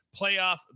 playoff